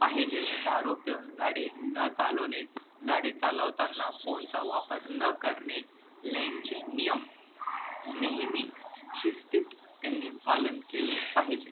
पाहिजे दारू पिऊन गाडी न चालवणे गाडी चालवताना फोनचा वापर न करणे लेनचे नियम नेहमी शिस्तीत त्यांनी पालन केले पाहिजे